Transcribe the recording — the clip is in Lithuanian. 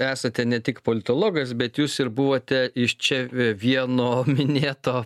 esate ne tik politologas bet jūs ir buvote iš čia vieno minėto